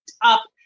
up